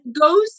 goes